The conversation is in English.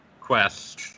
Quest